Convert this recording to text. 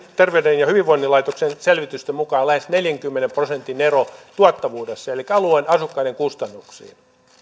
terveyden ja hyvinvoinnin laitoksen selvitysten mukaan lähes neljänkymmenen prosentin ero tuottavuudessa elikkä alueen asukkaiden kustannuksissa